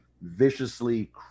viciously